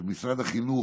שבמשרד החינוך,